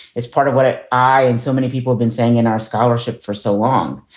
is part of what ah i and so many people have been saying in our scholarship for so long.